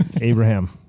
Abraham